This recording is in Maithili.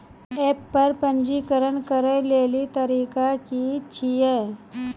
एप्प पर पंजीकरण करै लेली तरीका की छियै?